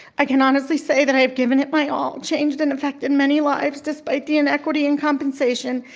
i can honestly say that i have given it my all, changed and affected many lives, despite the inequity in compensation,